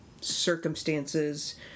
circumstances